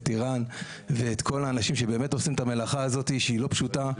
ערן וכל האנשים שבאמת עושים את המלאכה הזאת שהיא לא פשוטה.